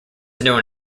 known